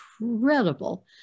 incredible